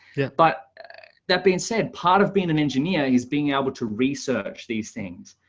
but that being said, part of being an engineer is being able to research these things.